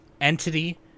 entity